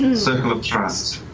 circle of trust.